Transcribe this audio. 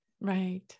Right